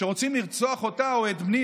שרוצים לרצוח אותה או את בני